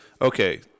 Okay